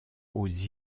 aux